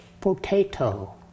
potato